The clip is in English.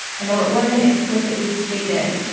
and though it wasn't explicitly stated,